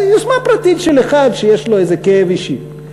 יוזמה פרטית של אחד שיש לו איזה כאב אישי.